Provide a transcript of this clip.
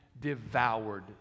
devoured